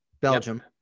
Belgium